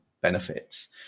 benefits